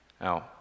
Now